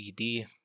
ed